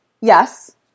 yes